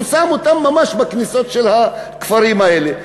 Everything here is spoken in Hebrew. הוא שם אותם ממש בכניסות של הכפרים האלה,